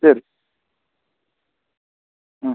ശരി ആ